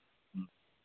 ꯎꯝ